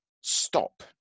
stop